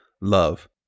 love